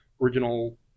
original